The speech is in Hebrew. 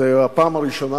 זו הפעם הראשונה.